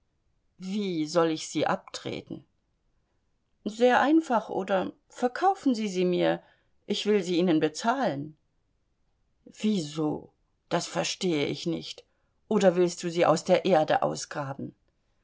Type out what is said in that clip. wie soll ich sie abtreten sehr einfach oder verkaufen sie sie mir ich will sie ihnen bezahlen wieso das verstehe ich nicht oder willst du sie aus der erde ausgraben